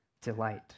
delight